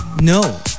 No